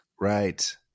Right